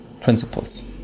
principles